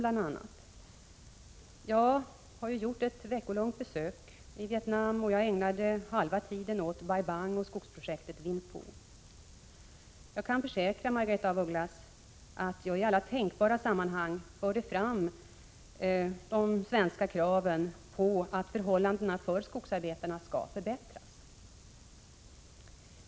Jag har nyligen gjort ett veckolångt besök i Vietnam, och jag ägnade halva tiden åt Bai Bang och skogsprojektet Vinh Phu, och jag kan försäkra Margaretha af Ugglas att jag i alla tänkbara sammanhang förde fram de svenska kraven på att förhållandena för skogsarbetarna skall förbättras.